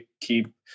keep